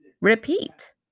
repeat